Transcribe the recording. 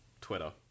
Twitter